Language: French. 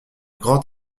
grand